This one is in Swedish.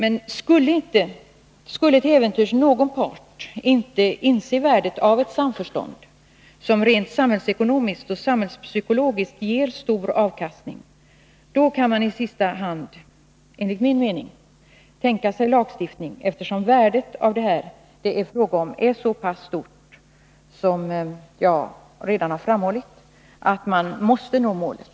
Om emellertid någon part möjligen inte skulle inse värdet av ett samförstånd, som rent samhällsekonomiskt och samhällspsykologiskt ger stor avkastning, kan man enligt min mening i sista hand tänka siglagstiftning, eftersom värdet av det som det här är fråga om är så pass stort att man, som jag redan har framhållit, måste nå målet.